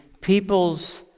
people's